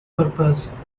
purpose